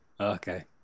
Okay